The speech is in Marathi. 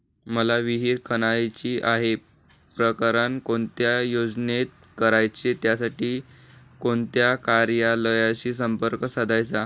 मला विहिर खणायची आहे, प्रकरण कोणत्या योजनेत करायचे त्यासाठी कोणत्या कार्यालयाशी संपर्क साधायचा?